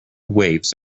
waves